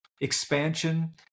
expansion